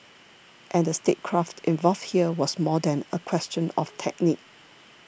and the statecraft involved here was more than a question of technique